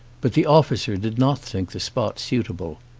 but the officer did not think the spot suitable.